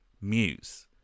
muse